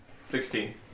Sixteen